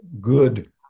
good